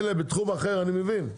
מילא בתחום אחר אני מבין,